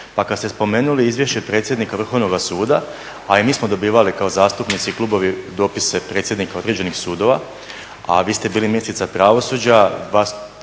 Pa kada ste spomenuli izvješće predsjednika Vrhovnoga suda, a i mi smo dobivali kao zastupnici i klubovi dopise predsjednika određenih sudova, a vi ste bili ministrica pravosuđa, vas